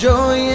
Joy